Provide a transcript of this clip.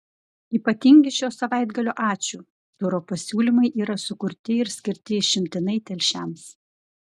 ypatingi šio savaitgalio ačiū turo pasiūlymai yra sukurti ir skirti išimtinai telšiams